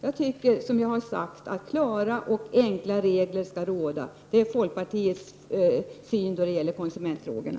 Jag tycker, som jag har sagt, att klara och enkla regler skall råda. Det är folkpartiets uppfattning när det gäller konsumentfrågorna.